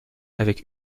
avec